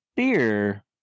Beer